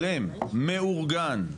מאורגן,